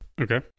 Okay